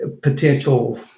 potential